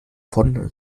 vom